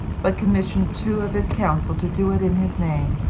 but commissioned two of his council to do it in his name.